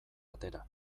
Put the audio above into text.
atera